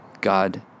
God